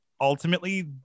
ultimately